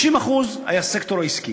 30% היו הסקטור העסקי,